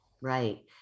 Right